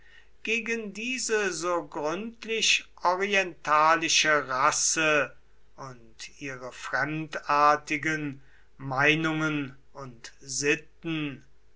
gegen diese so gründlich orientalische rasse und ihre fremdartigen meinungen und sitten